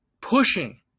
pushing